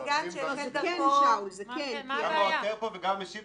גם העותר פה וגם המשיב פה.